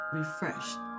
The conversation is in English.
refreshed